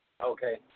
Okay